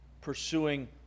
pursuing